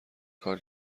کار